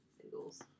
singles